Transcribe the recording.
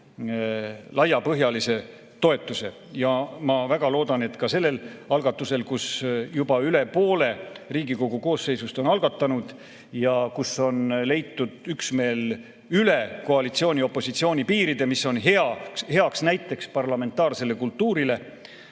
laiapõhjalise toetuse. Ja ma väga loodan, et ka sellel algatusel, mille üle poole Riigikogu koosseisust on algatanud ja kus on leitud üksmeel üle koalitsiooni-opositsiooni piiride, mis on hea näide parlamentaarsest kultuurist,